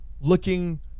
looking